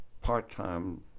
part-time